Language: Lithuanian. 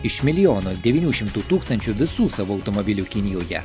iš milijono devynių šimtų tūkstančių visų savo automobilių kinijoje